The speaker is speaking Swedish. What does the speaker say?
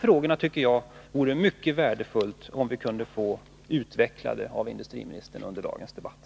Jag tycker att det vore mycket värdefullt om industriministern kunde utveckla dessa frågor under dagens debatt.